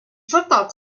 football